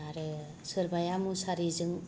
आरो सोरबाया मुसारिजों